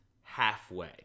halfway